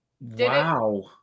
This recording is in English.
Wow